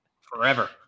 forever